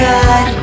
God